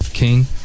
King